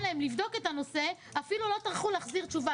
להם לבדוק את הנושא והם אפילו לא טרחו להחזיר תשובה.